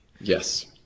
Yes